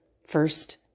first